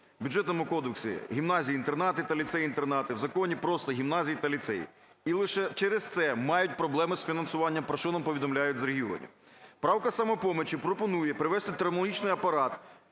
Бюджетному кодексі гімназії-інтернати та ліцеї-інтернати в законі просто "гімназії" та "ліцеї", і лише через це мають проблеми з фінансуванням, про що нам повідомляють з регіонів. Правка "Самопомочі" пропонує привести термінологічний апарат